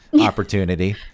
opportunity